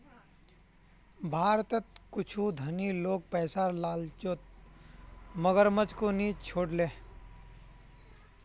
भारतत कुछू धनी लोग पैसार लालचत मगरमच्छको नि छोड ले